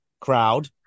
crowd